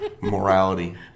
Morality